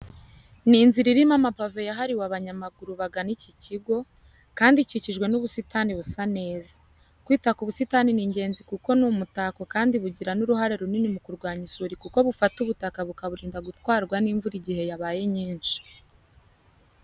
Ni inzira irimo amapave yahariwe abanyamaguru bagana iki kigo, kandi ikikijwe n'ubusitani busa neza. Kwita ku busitani ni ingenzi kuko ni umutako kandi bugira n'uruhare runini mu kurwanya isuri kuko bufata ubutaka bukaburinda gutwarwa n'imvura igihe yabaye nyinshi.